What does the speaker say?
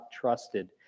trusted